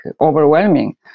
overwhelming